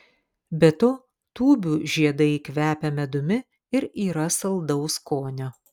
be to tūbių žiedai kvepia medumi ir yra saldaus skonio